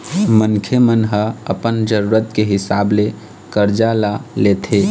मनखे मन ह अपन जरुरत के हिसाब ले करजा ल लेथे